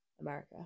America